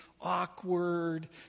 awkward